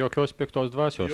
jokios piktos dvasios